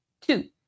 Two